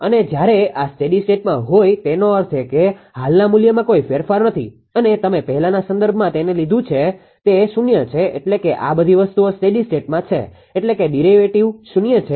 અને જ્યારે આ સ્ટેડી સ્ટેટમાં હોય તેનો અર્થ એ કે હાલના મૂલ્યમાં કોઈ ફેરફાર નથી અને તમે પહેલાના સંદર્ભમાં તમે લીધું છે કે તે શૂન્ય છે એટલે કે આ બધી વસ્તુઓ સ્ટેડી સ્ટેટમાં છે એટલે કે ડેરીવેટીવ શૂન્ય છે